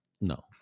no